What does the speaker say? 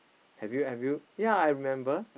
have you have you yea I remember